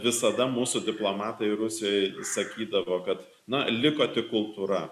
visada mūsų diplomatai rusijoj sakydavo kad na liko tik kultūra